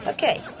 Okay